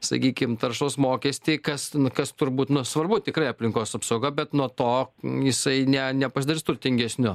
sakykim taršos mokestį kas kas turbūt nu svarbu tikrai aplinkos apsauga bet nuo to jisai ne nepasidarys turtingesniu